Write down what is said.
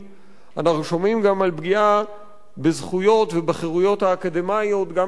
אנחנו שומעים גם על פגיעה בזכויות ובחירויות האקדמיות גם של המרצים,